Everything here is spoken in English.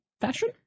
fashion